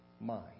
mind